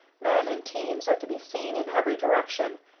men and teams are to be seen in every direction,